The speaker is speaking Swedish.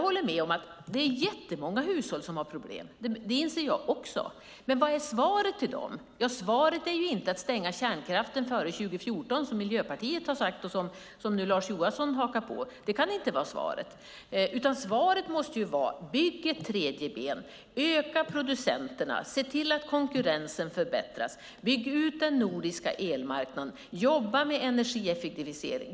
Det är jättemånga hushåll som har problem, det inser jag också. Men vad är svaret till dem? Ja, svaret kan inte vara att stänga kärnkraften före 2014, som Miljöpartiet har sagt och som nu Lars Johansson hakar på, utan svaret måste vara: Bygg ett tredje ben, öka antalet producenter, se till att konkurrensen förbättras, bygg ut den nordiska elmarknaden, jobba med energieffektivisering.